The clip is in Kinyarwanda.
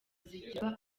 zigirwa